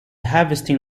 harvesting